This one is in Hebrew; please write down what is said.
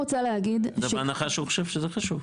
זה בהנחה שהוא חושב שזה חשוב.